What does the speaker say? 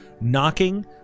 knocking